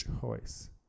choice